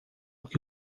que